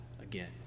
again